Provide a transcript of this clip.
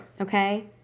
Okay